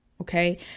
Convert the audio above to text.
okay